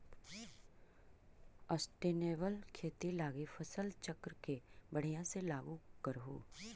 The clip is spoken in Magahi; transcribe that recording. सस्टेनेबल खेती लागी फसल चक्र के बढ़ियाँ से लागू करहूँ